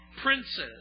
princes